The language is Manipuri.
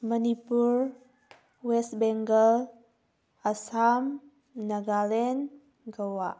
ꯃꯅꯤꯄꯨꯔ ꯋꯦꯁ ꯕꯦꯡꯒꯜ ꯑꯁꯥꯝ ꯅꯥꯒꯥꯂꯦꯟ ꯒꯋꯥ